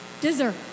Dessert